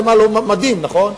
זה מדהים, נכון?